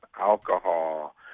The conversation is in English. alcohol